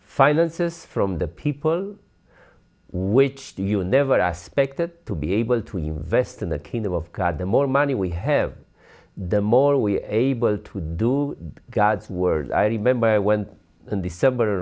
finances from the people which you never aspected to be able to invest in the kingdom of god the more money we have the more we able to do god's word i remember when and december